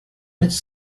its